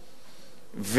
אחת התוכניות החשובות,